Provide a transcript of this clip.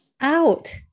Out